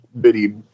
bitty